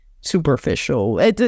superficial